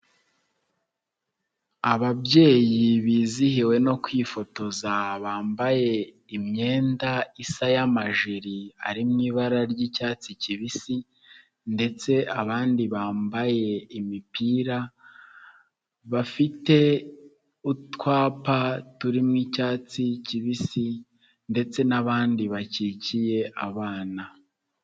Ababyeyi bizihiwe no kwifotoza, bambaye imyenda isa y'amajeri ari mu ibara ry'icyatsi kibisi ndetse abandi bambaye imipira, bafite utwapa turimo icyatsi kibisi ndetse n'abandi bakikiye abana.